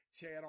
Chad